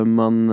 man